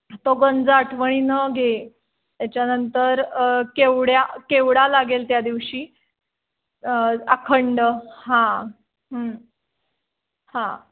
तो गंज आठवणीनं घे त्याच्यानंतर केवड्या केवडा लागेल त्या दिवशी अखंड हां हां